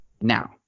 now